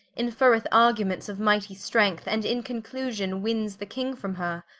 inferreth arguments of mighty strength, and in conclusion winnes the king from her,